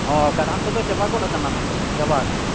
ᱦᱮᱸ ᱠᱟᱰᱷᱟᱱ ᱠᱚᱫᱚ ᱪᱟᱵᱟᱜᱚᱫ ᱟᱠᱟᱱᱟ ᱦᱟᱸᱜ ᱪᱟᱵᱟ ᱟᱠᱟᱱᱟ